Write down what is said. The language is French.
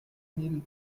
mille